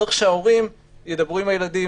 צריך שההורים ידברו עם הילדים,